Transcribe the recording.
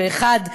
וכל אחד,